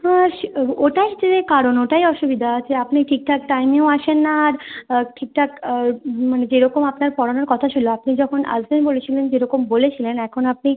হ্যাঁ সে ওটাই যে কারণ ওটাই অসুবিধা আছে আপনি ঠিকঠাক টাইমেও আসেন না আর ঠিকঠাক মানে যেরকম আপনার পড়ানোর কথা ছিল আপনি যখন আসবেন বলেছিলেন যেরকম বলেছিলেন এখন আপনি